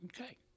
Okay